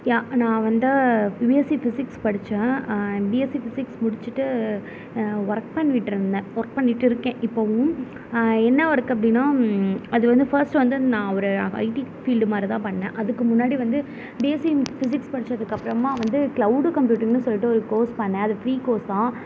நான் நான் வந்து பிஎஸ்சி பிசிக்ஸ் படித்தேன் பிஎஸ்சி பிசிக்ஸ் முடித்துட்டு ஒர்க் பண்ணிட்டு இருந்தேன் ஒர்க் பண்ணிட்டு இருக்கேன் இப்பவும் என்ன ஒர்க் அப்படினா அது வந்து ஃபஸ்ட் வந்து நான் ஒரு ஐடி ஃபீல்டு மாதிரிதான் பண்ணேன் அதுக்கு முன்னாடி வந்து பிஎஸ்சி பிசிக்ஸ் படித்ததுக்கு அப்புறமா வந்து க்ளவுடு கம்ப்யூட்டிங்னு சொல்லிட்டு ஒரு கோர்ஸ் பண்ணேன் அது ஃப்ரீ கோர்ஸ் தான்